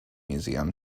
museum